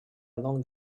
along